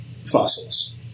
fossils